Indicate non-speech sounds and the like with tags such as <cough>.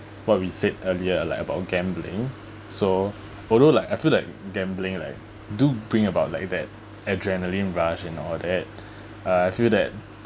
what we said earlier like about gambling so although like I feel like gambling like do bring about like that adrenalin rush and all that <breath> uh I feel that